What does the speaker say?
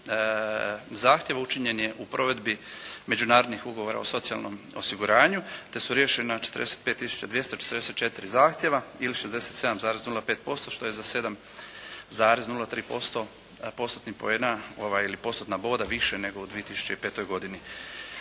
zahtjeva učinjen je u provedbi međunarodnih ugovora o socijalnom osiguranju te su riješena 45 tisuća 244 zahtjeva ili 67,05% što je za 7,03% postotna poena ili postotna boda više nego u 2005. godini.